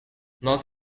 nós